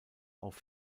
auf